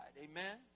Amen